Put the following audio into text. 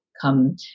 come